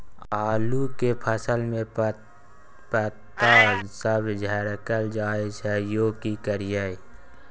आलू के फसल में पता सब झरकल जाय छै यो की करियैई?